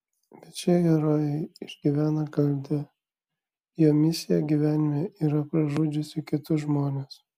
bet šie herojai išgyvena kaltę jo misija gyvenime yra pražudžiusi kitus žmones